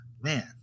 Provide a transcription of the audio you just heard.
man